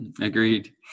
Agreed